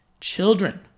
children